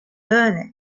burn